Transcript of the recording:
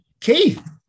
Keith